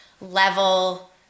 level